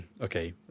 Okay